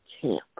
camp